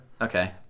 Okay